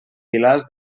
pilars